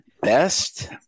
Best